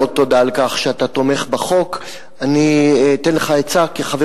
לאות תודה על כך שאתה תומך בחוק אני אתן לך עצה כחבר